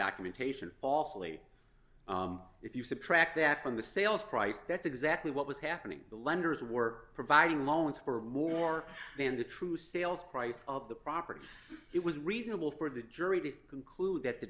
documentation falsely if you subtract that from the sales price that's exactly what was happening the lenders were providing loans for more d than the true sales price of the property it was reasonable for the jury be conclude that the